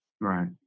Right